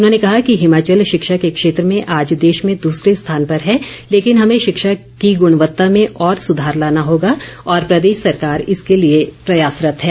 उन्होंने कहा कि हिमाचल शिक्षा के क्षेत्र में आज देश में दूसरे स्थान पर है लेकिन हमें शिक्षा की गुणवत्ता में और सुधार लाना होगा और प्रदेश सरकार इसके लिए प्रयासरत्त है